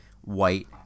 white